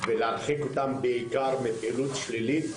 בעיקר בהרחקתם מפעילות שלילית.